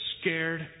scared